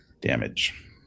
damage